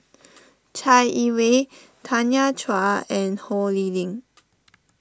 Chai Yee Wei Tanya Chua and Ho Lee Ling